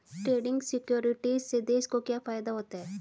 Trading securities से देश को क्या फायदा होता है?